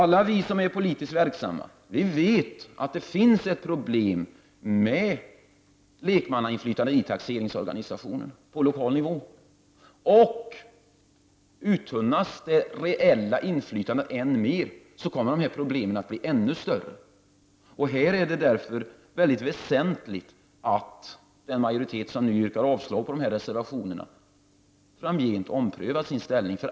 Alla vi som är politiskt verksamma vet att det finns ett problem på lokal nivå med lekmannainflytandet i taxeringsorganisationen. Uttunnas det reella inflytandet än mer, kommer problemen att bli ännu större. Därför är det mycket väsentligt att den majoritet som nu kommer att rösta för avslag på reservationerna framgent omprövar sin ställning.